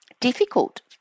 difficult